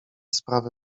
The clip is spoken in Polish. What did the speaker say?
sprawę